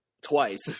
Twice